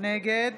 נגד